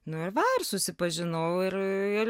nu ir va ir susipažinau ir